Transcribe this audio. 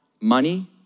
money